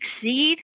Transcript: succeed